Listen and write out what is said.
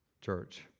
church